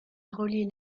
relier